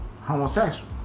homosexual